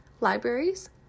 libraries